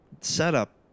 setup